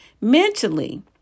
Mentally